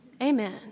Amen